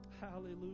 Hallelujah